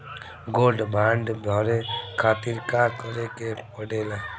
Gold bond भरे खातिर का करेके पड़ेला?